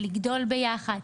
הלגדול ביחד,